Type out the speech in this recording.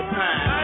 time